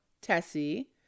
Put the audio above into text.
Tessie